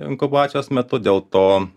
inkubacijos metu dėl to